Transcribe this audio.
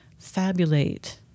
fabulate